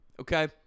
okay